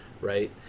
right